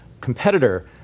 competitor